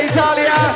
Italia